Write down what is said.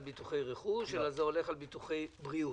ביטוחי רכוש אלא זה הולך על ביטוחי בריאות.